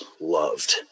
loved